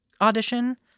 audition